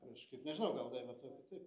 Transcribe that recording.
kažkaip nežinau gal daiva tau kitaip